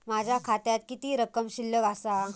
माझ्या खात्यात किती रक्कम शिल्लक आसा?